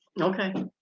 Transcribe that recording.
Okay